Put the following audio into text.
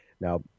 Now